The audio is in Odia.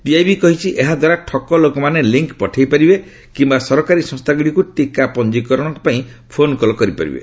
ପିଆଇବି କହିଛି ଏହା ଦ୍ୱାରା ଠକ ଲୋକମାନେ ଲିଙ୍କ୍ ପଠେଇ ପାରିବେ କିମ୍ବା ସରକାରୀ ସଂସ୍ଥାଗୁଡ଼ିକୁ ଟିକା ପଞ୍ଜିକରଣ ପାଇଁ ଫୋନ୍କଲ୍ କରିପାରିବେ